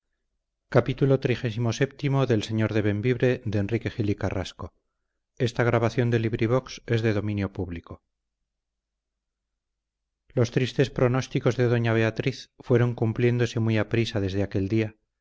derretido los tristes pronósticos de doña beatriz fueron cumpliéndose muy aprisa desde aquel día